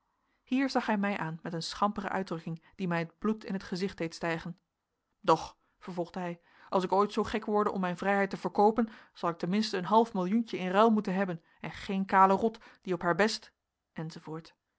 hier zag hij mij aan met een schampere uitdrukking die mij het bloed in t gezicht deed stijgen doch vervolgde hij als ik ooit zoo gek worde om mijn vrijheid te verkoopen zal ik ten minste een half millioentje in ruil moeten hebben en geen kale rot die op haar best